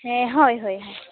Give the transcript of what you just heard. ᱦᱮᱸ ᱦᱳᱭ ᱦᱳᱭ ᱦᱮᱸ